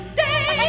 day